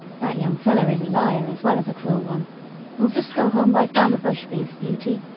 that young fellow is a liar as well as a cruel one we'll just go home by farmer bushby's beauty,